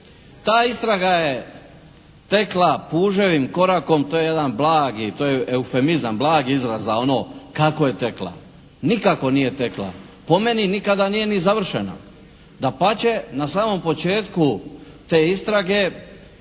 Ta istraga je tekla puževim korakom. To je jedan blagi, to je eufemizam, blagi izraz za ono kako je tekla. Nikako nije tekla. Po meni nikada nije ni završena. Dapače, na samom početku te istrage